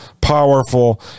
powerful